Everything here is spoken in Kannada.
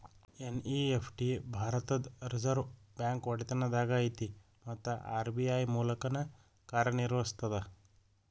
ಎನ್.ಇ.ಎಫ್.ಟಿ ಭಾರತದ್ ರಿಸರ್ವ್ ಬ್ಯಾಂಕ್ ಒಡೆತನದಾಗ ಐತಿ ಮತ್ತ ಆರ್.ಬಿ.ಐ ಮೂಲಕನ ಕಾರ್ಯನಿರ್ವಹಿಸ್ತದ